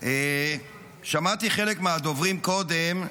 שמעתי חלק מהדוברים קודם,